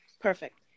Perfect